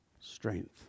strength